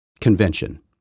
convention